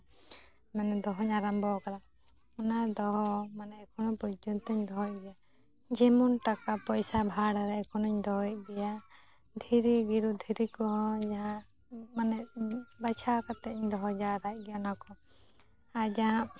ᱢᱟᱱᱮ ᱫᱚᱦᱚᱧ ᱟᱨᱟᱢᱵᱚᱣᱟᱠᱟᱫᱟ ᱚᱱᱟ ᱫᱚᱦᱚ ᱢᱟᱱᱮ ᱮᱠᱷᱚᱱᱳ ᱯᱚᱡᱽᱡᱚᱱᱛᱚᱧ ᱫᱚᱦᱚᱭ ᱜᱮᱭᱟ ᱡᱮᱢᱚᱱ ᱴᱟᱠᱟ ᱯᱚᱭᱥᱟ ᱵᱷᱟᱬ ᱨᱮ ᱮᱠᱷᱚᱱᱳᱧ ᱫᱚᱦᱚᱭᱮᱫ ᱜᱮᱭᱟ ᱫᱷᱤᱨᱤ ᱜᱤᱨᱩ ᱫᱷᱤᱨᱤ ᱠᱚᱦᱚᱸ ᱡᱟᱦᱟᱸ ᱢᱟᱱᱮ ᱵᱟᱪᱷᱟᱣ ᱠᱟᱛᱮᱧ ᱫᱚᱦᱚ ᱡᱟᱣᱨᱟᱭ ᱜᱮᱭᱟ ᱚᱱᱟᱠᱚ ᱟᱨ ᱫᱟᱦᱟᱸ